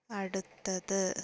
അടുത്തത്